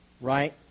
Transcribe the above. Right